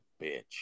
bitch